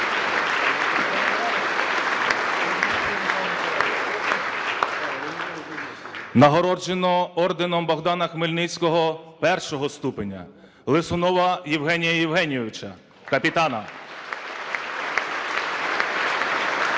Нагороджено орденом Богдана Хмельницького І ступеня: Лисунова Євгенія Євгенійовича, капітана (Оплески)